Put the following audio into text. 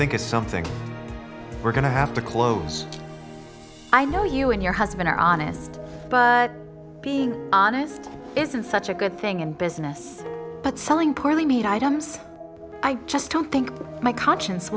think it's something we're going to have to close i know you and your husband are honest but being honest isn't such a good thing in business but selling poorly made items i just don't think my conscience